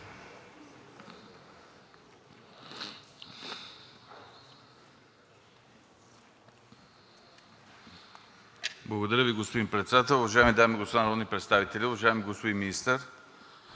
Благодаря Ви, господин Председател. Уважаеми дами и господа народни представители! Уважаеми господин Министър!